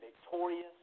victorious